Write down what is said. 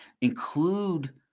include